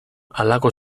halako